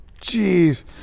jeez